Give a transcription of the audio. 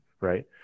right